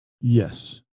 Yes